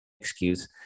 excuse